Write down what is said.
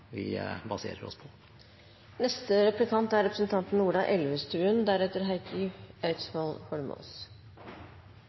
vi baserer oss på. Det er